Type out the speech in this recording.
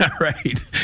right